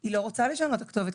היא לא רוצה גם לשנות את הכתובת,